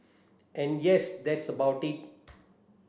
and yes that's about it